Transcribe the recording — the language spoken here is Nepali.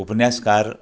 उपन्यासकार